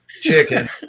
Chicken